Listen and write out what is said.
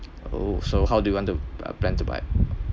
oh so how do you want to uh plan to buy